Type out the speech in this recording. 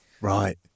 Right